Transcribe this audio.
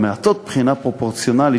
המעטות מבחינה פרופורציונליות,